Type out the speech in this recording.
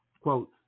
Quote